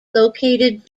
located